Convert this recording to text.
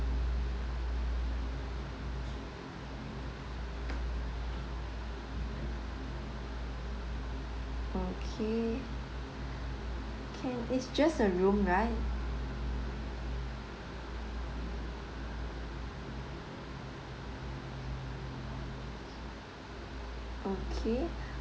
okay can it's just a room right okay